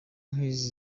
nk’izo